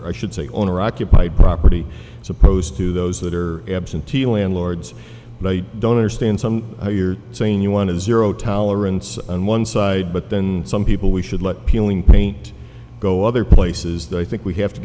are i should say owner occupied property as opposed to those that are absentee landlords and i don't understand some how you're saying you want to zero tolerance on one side but then some people we should let peeling paint go other places that i think we have to